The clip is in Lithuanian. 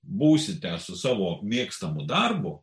būsite su savo mėgstamu darbu